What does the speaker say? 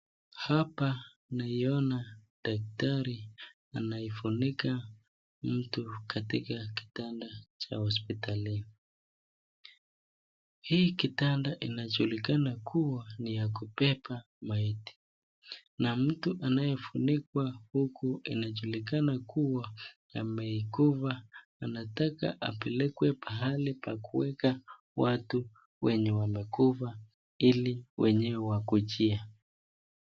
Hapa naiona daktari anaifunika mtu katika kitanda cha hospitalini hii kitanda inajulikana kuwa ni ya kubeba maiti na mtu anayefunikwa huku inajulikana kuwa amekufa anataka apelekwe pahali pa kuweka watu wenye wamekufa ili wenyewe wakujie